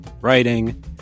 writing